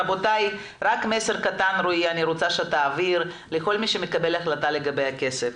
רועי אני מבקשת שתעביר מסר קטן לכל מי שמקבל החלטה לגבי הכסף.